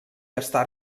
estar